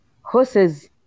horses